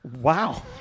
Wow